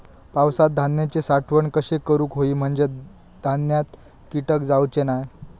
पावसात धान्यांची साठवण कशी करूक होई म्हंजे धान्यात कीटक जाउचे नाय?